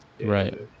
right